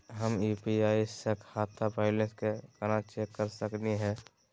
हम यू.पी.आई स खाता बैलेंस कना चेक कर सकनी हे?